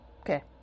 Okay